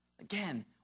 Again